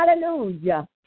Hallelujah